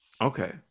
Okay